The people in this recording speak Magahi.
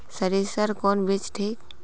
सरीसा कौन बीज ठिक?